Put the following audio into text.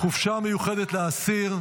(חופשה מיוחדת לאסיר)